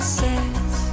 says